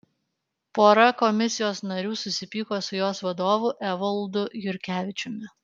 pora komisijos narių susipyko su jos vadovu evaldu jurkevičiumi